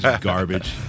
Garbage